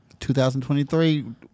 2023